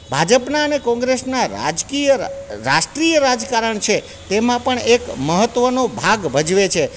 ભાજપના અને કોંગ્રેસના રાજકીય રાષ્ટ્રિય રાજકારણ છે તેમાં પણ એક મહત્ત્વનો ભાગ ભજવે છે